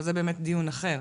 אבל זה באמת דיון אחר.